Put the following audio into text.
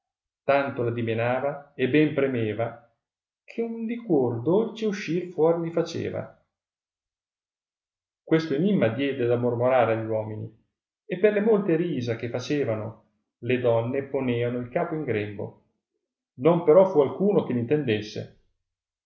tanto la dimenava e ben premeva ch un liquor dolce uscì fuori mi faceva questo enimma diede da mormorare agli uomini e per le molte risa che facevano le donne poneano il capo in grembo non però fu alcuno che l'intendesse